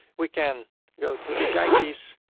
we can go to api keys,